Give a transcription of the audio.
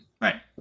Right